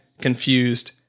confused